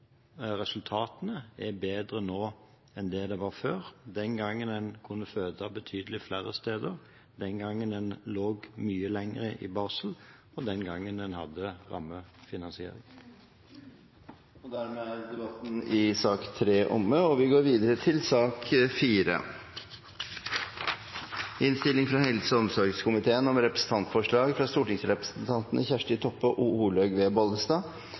resultatene er bedre nå enn før – den gangen en kunne føde på betydelig flere steder, den gangen en lå mye lenger i barsel, og den gangen en hadde rammefinansiering. Dermed er debatten i sak nr. 3 omme. Etter ønske fra helse- og omsorgskomiteen